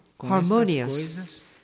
harmonious